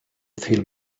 feel